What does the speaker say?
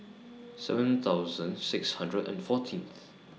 seven thousand six hundred and fourteenth